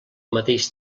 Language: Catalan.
mateix